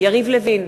יריב לוין,